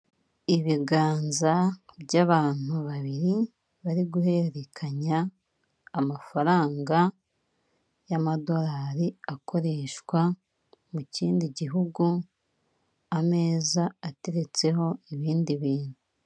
Ibiganza by'abantu babiri bari guhererekanya amafaranga y'amadolari akoreshwa mu kindi gihugu, ameza ateretseho ibindi bintu.